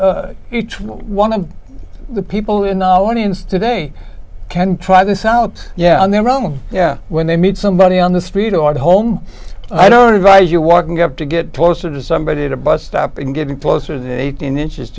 can each one of the people in our audience today can try this out yeah on their own yeah when they meet somebody on the street or home i don't advise you walking up to get closer to somebody at a bus stop and getting closer than eighteen inches